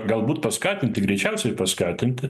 galbūt paskatinti greičiausiai paskatinti